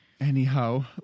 Anyhow